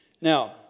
Now